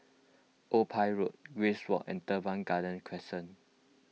Old Pier Road Grace Walk and Teban Garden Crescent